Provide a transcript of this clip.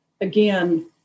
again